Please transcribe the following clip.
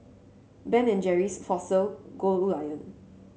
Ben and Jerry's Fossil